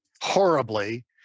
horribly